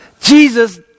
Jesus